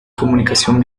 comunicación